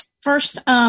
first